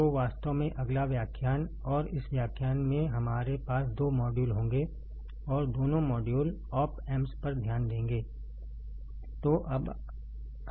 तो वास्तव में अगला व्याख्यान और इस व्याख्यान में हमारे पास दो मॉड्यूल होंगे और दोनों मॉड्यूल ऑप एम्प्स पर ध्यान देंगे